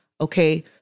okay